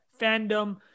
fandom